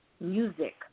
music